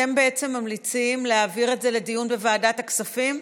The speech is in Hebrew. אתם בעצם ממליצים להעביר את זה לדיון בוועדת הכספים?